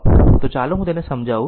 તો ચાલો હું તેને સમજાવું